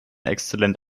exzellent